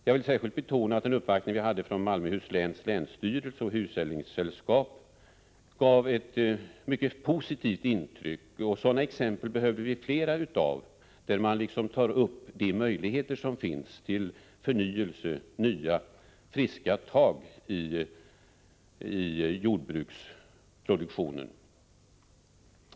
Jag vill särskilt betona att uppvaktningen från Malmöhus läns länsstyrelse och hushållningssällskap gav ett mycket positivt intryck. Sådana exempel behöver vi fler av, där man tar upp de möjligheter som finns till förnyelse, till nya friska tag beträffande jordbruksproduktionen.